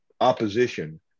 opposition